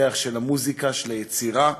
המוזיקה והיצירה,